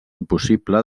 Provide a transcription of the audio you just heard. impossible